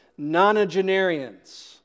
nonagenarians